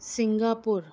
Singapore